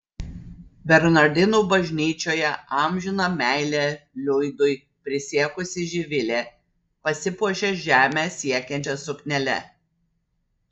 bernardinų bažnyčioje amžiną meilę liudui prisiekusi živilė pasipuošė žemę siekiančia suknele